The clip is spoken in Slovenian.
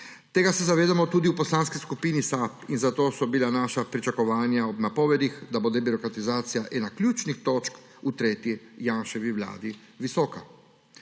Tega se zavedamo tudi v Poslanski skupini SAB in zato so bila naša pričakovanja ob napovedih, da bo debirokratizacija ena ključnih točk v tretji Janševi vladi, visoka.